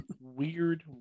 weird